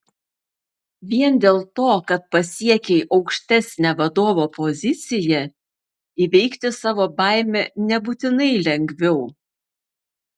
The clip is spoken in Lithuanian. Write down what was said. vien dėl to kad pasiekei aukštesnę vadovo poziciją įveikti savo baimę nebūtinai lengviau